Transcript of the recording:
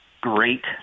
great